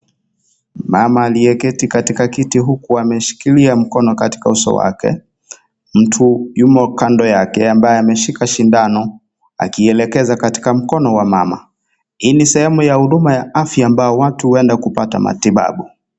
Mama aliyeketi katika kiti huku ameshikilia mkono katika uso wake, mtu yumo kando yake ambaye ameshika sindano akielekeza katika mkono wa mama, hii ni sehemu ya huduma ya afya ambayo watu huenda kupata matibabu.